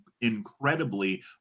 incredibly